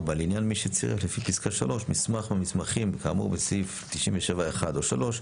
לעניין מי שצירף לפי פסקה (3) מסמך מהמסמכים כאמור בסעיף 197(1) או (3)